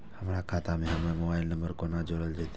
हमर खाता मे हमर मोबाइल नम्बर कोना जोरल जेतै?